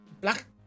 Black